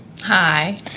Hi